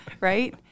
right